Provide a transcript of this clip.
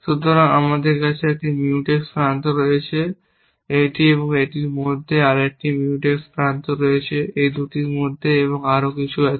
সুতরাং আমাদের কাছে একটি Mutex প্রান্ত রয়েছে এটি এবং এটির মধ্যে আরেকটি Mutex প্রান্ত রয়েছে এই দুটির মধ্যে এবং আরও কিছু আছে